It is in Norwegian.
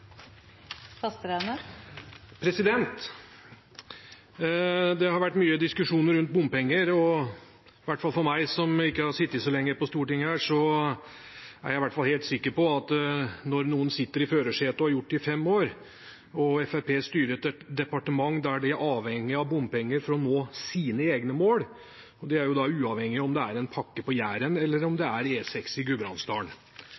Det har vært mye diskusjon rundt bompenger, og i hvert fall jeg, som ikke har sittet så lenge på Stortinget, er helt sikker på at når noen sitter i førersetet og har gjort det i fem år – og Fremskrittspartiet styrer et departement der de er avhengig av bompenger for å nå sine egne mål, uavhengig av om det er en pakke på Jæren eller om det er E6 i Gudbrandsdalen – så har de sikkert, og andre også, en formening om